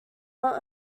not